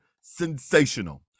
sensational